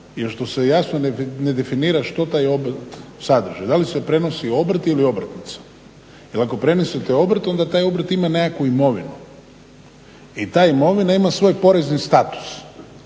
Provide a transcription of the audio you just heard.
je što se jasno ne definira što taj obrt sadrži, da li se prenosi obrt ili obrtnica. Jel ako premjestite obrt onda taj obrt ima nekakvu imovinu i ta imovina ima svoj porezni status